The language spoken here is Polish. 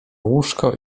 łóżko